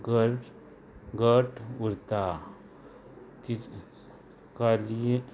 girl गट उरता तीच खाली